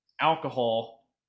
alcohol